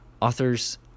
Authors